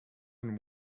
and